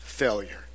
failure